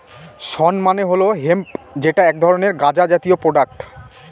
শণ মানে হল হেম্প যেটা এক ধরনের গাঁজা জাতীয় প্রোডাক্ট